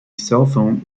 cellphone